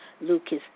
Lucas